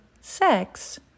sex